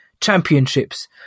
championships